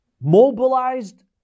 mobilized